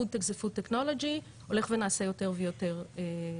פוד-טק זה food technology הולך ונעשה יותר ויותר בעייתי,